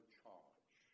charge